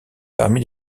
parmi